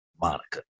Monica